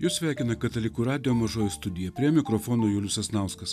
jus sveikina katalikų radijo mažoji studija prie mikrofono julius sasnauskas